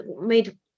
made